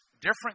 different